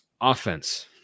Offense